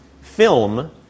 Film